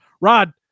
Rod